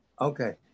Okay